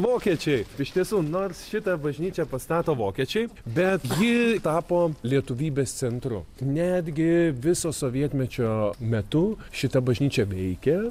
vokiečiai iš tiesų nors šitą bažnyčią pastato vokiečiai bet ji tapo lietuvybės centru netgi viso sovietmečio metu šita bažnyčia veikė